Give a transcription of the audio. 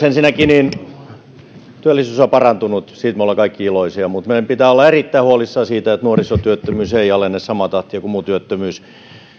ensinnäkin työllisyys on parantunut siitä me olemme kaikki iloisia mutta meidän pitää olla erittäin huolissamme siitä että nuorisotyöttömyys ei alene samaan tahtia kuin muu työttömyys